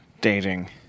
dating